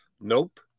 Nope